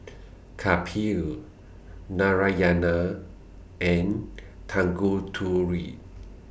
Kapil Narayana and Tanguturi